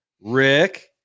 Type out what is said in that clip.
Rick